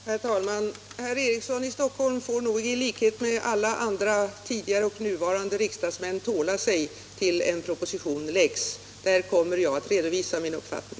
Herr talman! Herr Eriksson i Stockholm får nog i likhet med alla andra tidigare och nuvarande riksdagsmän tåla sig till dess att en proposition läggs fram. I den kommer jag att redovisa min uppfattning.